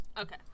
Okay